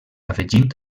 afegint